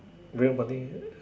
real money